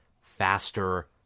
faster